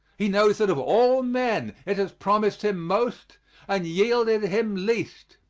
he knows that of all men it has promised him most and yielded him least.